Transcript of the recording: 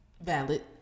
Valid